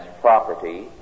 property